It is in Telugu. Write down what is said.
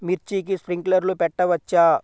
మిర్చికి స్ప్రింక్లర్లు పెట్టవచ్చా?